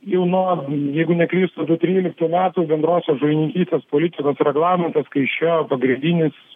jau na jeigu neklystu du tryliktų metų bendrosios žuvininkystės politikos reglamentas kai šio pagrindinis